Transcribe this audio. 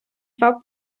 два